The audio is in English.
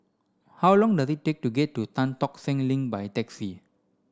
how long does it take to get to Tan Tock Seng Link by taxi